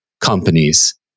companies